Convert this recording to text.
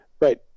Right